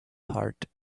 heart